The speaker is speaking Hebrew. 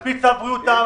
על פי צו בריאות העם,